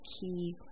key